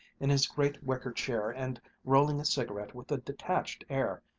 in his great wicker-chair and rolling a cigarette with a detached air,